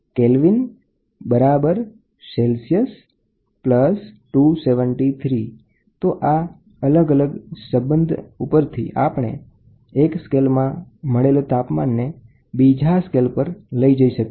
તો તમે જોઇ શકો છો કે સંબંધ ખૂબ મહત્વનો છે જે સ્કેલને એક પ્રકારમાંથી બીજા પ્રકારમાં બદલવામાં મદદરૂપ છે